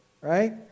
Right